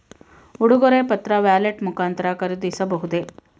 ಉಡುಗೊರೆ ಪತ್ರ ವ್ಯಾಲೆಟ್ ಮುಖಾಂತರ ಖರೀದಿಸಬಹುದೇ?